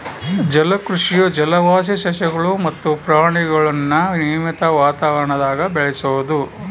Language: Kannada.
ಜಲಕೃಷಿಯು ಜಲವಾಸಿ ಸಸ್ಯಗುಳು ಮತ್ತೆ ಪ್ರಾಣಿಗುಳ್ನ ನಿಯಮಿತ ವಾತಾವರಣದಾಗ ಬೆಳೆಸೋದು